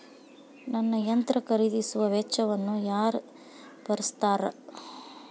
ನನ್ನ ಯಂತ್ರ ಖರೇದಿಸುವ ವೆಚ್ಚವನ್ನು ಯಾರ ಭರ್ಸತಾರ್?